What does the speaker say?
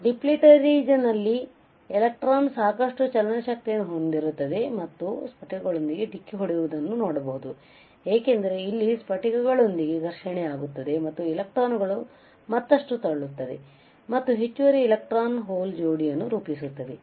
ಡಿಪ್ಲಿಟ region ನಲ್ಲಿ electron ಸಾಕಷ್ಟು ಚಲನ ಶಕ್ತಿಯನ್ನು ಹೊಂದಿರುತ್ತದೆ ಮತ್ತು ಸ್ಫಟಿಕಗಳೊಂದಿಗೆ ಡಿಕ್ಕಿಹೊಡೆಯುವುದನ್ನೂ ನೋಡಬಹುದು ಏಕೆಂದರೆ ಇಲ್ಲಿ ಸ್ಫಟಿಕಗಳೊಂದಿಗೆ ಘರ್ಷಣೆಯಾಗುತ್ತದೆ ಮತ್ತು ಎಲೆಕ್ಟ್ರಾನ್ಗಳನ್ನು ಮತ್ತಷ್ಟು ತಳ್ಳುತ್ತದೆ ಮತ್ತು ಹೆಚ್ಚುವರಿ ಎಲೆಕ್ಟ್ರಾನ್ ಹೋಲ್ ಜೋಡಿಯನ್ನು ರೂಪಿಸುತ್ತದೆ